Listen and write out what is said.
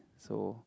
so